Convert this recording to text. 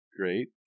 great